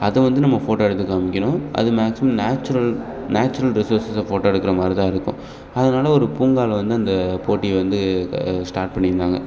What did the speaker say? அதை வந்து நம்ம ஃபோட்டோ எடுத்துக்க காண்மிக்கணும் அது மேக்ஸிமம் நேச்சுரல் நேச்சுரல் ரிசோர்சஸை ஃபோட்டோ எடுக்கிற மாதிரி தான் இருக்கும் அதனால் ஒரு பூங்காவில் வந்து அந்த போட்டி வந்து க ஸ்டார்ட் பண்ணியிருந்தாங்க